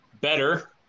better